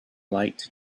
light